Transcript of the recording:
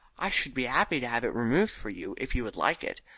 i shall be happy to have it removed for you if you would like it.